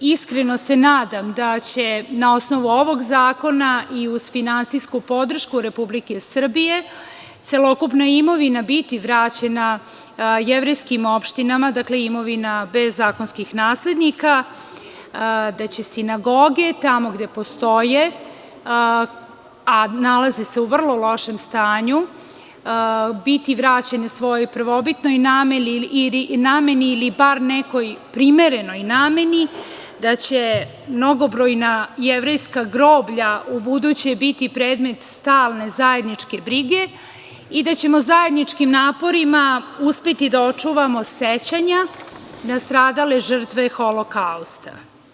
Iskreno se nadam da će na osnovu ovog zakona i uz finansijsku podršku Republike Srbije celokupna imovina biti vraćena jevrejskim opštinama, dakle imovina bez zakonskih naslednika, da će sinagoge, tamo gde postoje, a nalaze se u vrlo lošem stanju, biti vraćene svojoj prvobitnoj nameni ili bar nekoj primerenoj nameni, da će mnogobrojna jevrejska groblja ubuduće biti predmet stalne zajedničke brige i da ćemo zajedničkim naporima uspeti da očuvamo sećanja na stradale žrtve holokausta.